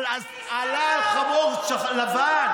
על חמור לבן?